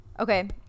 Okay